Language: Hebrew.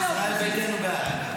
ישראל ביתנו בעד.